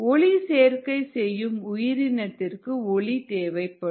ஒளிச்சேர்க்கை செய்யும் உயிரினத்திற்கு ஒளி தேவைப்படும்